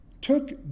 took